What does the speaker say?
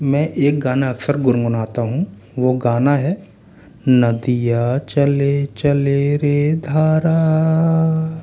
मैं एक गाना अक्सर गुनगुनाता हूँ वो गाना है नदिया चले चले रे धारा